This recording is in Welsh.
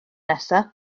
nesaf